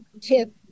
tip